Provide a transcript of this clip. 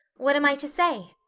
what am i to say?